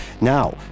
Now